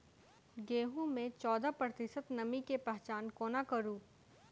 गेंहूँ मे चौदह प्रतिशत नमी केँ पहचान कोना करू?